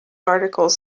articles